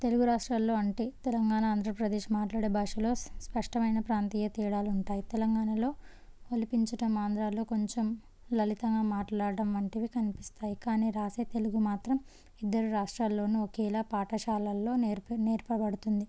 తెలుగు రాష్ట్రాల్లో అంటే తెలంగాణ ఆంధ్రప్రదేశ్ మాట్లాడే భాషలో స్పష్టమైన ప్రాంతీయ తేడాలు ఉంటాయి తెలంగాణలో ఒలికించడం ఆంధ్రాలో కొంచెం లలితంగా మాట్లాడటం వంటివి కనిపిస్తాయి కానీ వ్రాసే తెలుగు మాత్రం ఇద్దరు రాష్ట్రాల్లోను ఒకేళ పాఠశాలల్లో నేర్పి నేర్పబడుతుంది